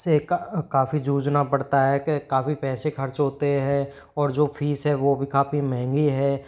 से काफ़ी जूझना पड़ता है काफ़ी पैसे खर्च होते हैं और जो फ़ीस है वह भी काफ़ी महंगी है